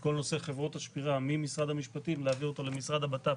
כל נושא חברות השמירה ממשרד המשפטים למשרד הבט"פ.